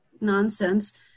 nonsense